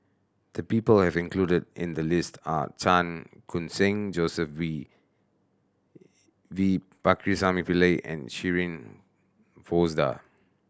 the people have included in the list are Chan Khun Sing Joseph V V Pakirisamy Pillai and Shirin Fozdar